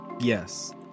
Yes